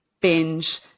binge